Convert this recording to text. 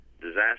Disaster